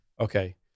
Okay